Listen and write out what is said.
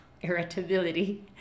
irritability